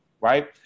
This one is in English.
right